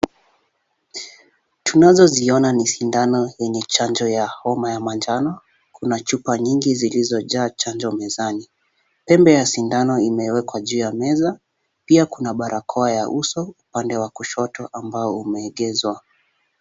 Tunazo ziona ni sindano yenye chanjo ya homa ya manjano. Kuna chupa nyingi zilizojaa chanjo mezani. Pembe ya sindano imewekwa juu ya meza, pia kuna barakoa ya uso upande wa kushoto ambao umeegezwa.